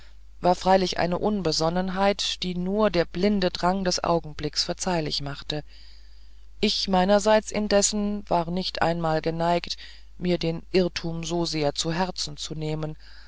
war freilich eine unbesonnenheit die nur der blinde drang des augenblicks verzeihlich machte ich meinerseits indessen war nicht einmal geneigt mir den irrtum so sehr zu herzen zu nehmen